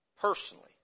personally